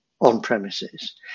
on-premises